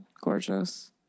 Gorgeous